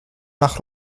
nach